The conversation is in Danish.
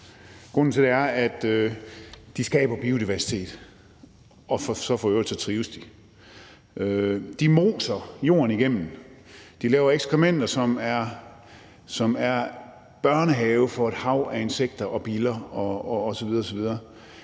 Grunden til det er, at de skaber biodiversitet, og så trives de for øvrigt der. De moser jorden igennem, de laver ekskrementer, som er børnehave for et hav af insekter, biller osv. osv.